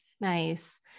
Nice